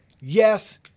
Yes